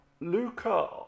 luca